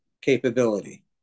capability